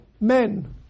men